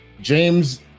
James